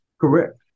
Correct